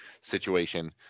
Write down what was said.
situation